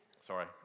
Sorry